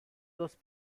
those